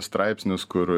straipsnius kur